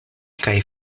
kaj